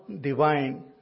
divine